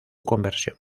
conversión